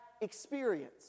experience